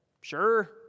Sure